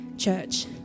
church